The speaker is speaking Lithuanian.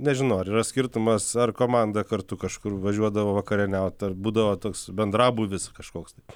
nežinau ar yra skirtumas ar komanda kartu kažkur važiuodavo vakarieniaut ar būdavo toks bendrabūvis kažkoks tai